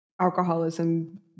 alcoholism